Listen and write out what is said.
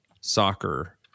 soccer